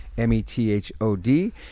M-E-T-H-O-D